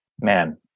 man